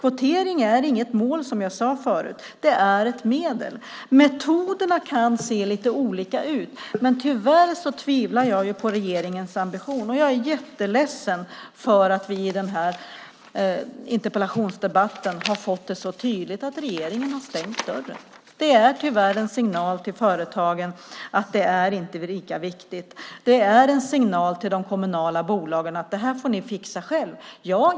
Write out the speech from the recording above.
Som jag sade förut är kvotering inget mål. Det är ett medel. Metoderna kan se lite olika ut. Jag tvivlar tyvärr på regeringens ambition. Jag är jätteledsen för att vi i den här interpellationsdebatten så tydligt har fått veta att regeringen har stängt dörren. Det är tyvärr en signal till företagen att det inte är lika viktigt. Det är en signal till de kommunala bolagen att de får fixa detta själva.